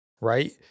right